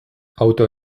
auto